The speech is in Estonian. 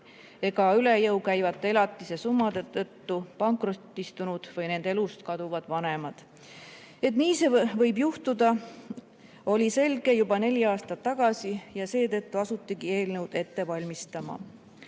ega üle jõu käivate elatise summade tõttu pankrotistunud või nende elust kaduvad vanemad. Et see nii võib juhtuda, oli selge juba neli aastat tagasi, ja seetõttu asutigi eelnõu ette valmistama. Kindlasti